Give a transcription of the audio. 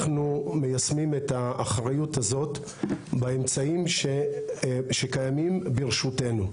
אנחנו מיישמים את האחריות הזאת באמצעים שקיימים ברשותנו,